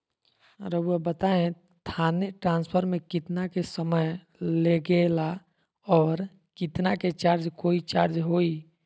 रहुआ बताएं थाने ट्रांसफर में कितना के समय लेगेला और कितना के चार्ज कोई चार्ज होई?